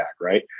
right